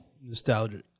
nostalgic